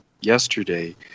yesterday